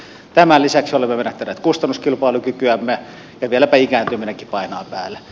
tämän lisäksi olemme menettäneet kustannuskilpailukykyämme ja vieläpä ikääntyminenkin painaa päälle